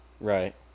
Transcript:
right